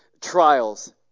trials